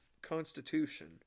Constitution